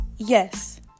Yes